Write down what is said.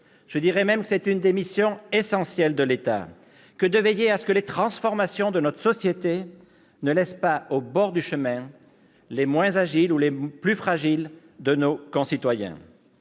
C'est même une des missions essentielles de l'État que de veiller à ce que les transformations de notre société ne laissent pas au bord du chemin les moins agiles ou les plus fragiles de nos concitoyens.